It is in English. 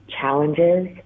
challenges